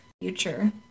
future